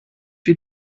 wie